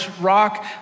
rock